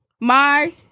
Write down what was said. Mars